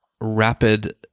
rapid